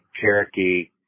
Cherokee